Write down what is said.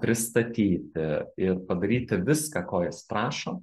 pristatyti ir padaryti viską ko jis prašo